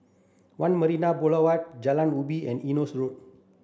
One Marina Boulevard Jalan Ubi and Eunos Road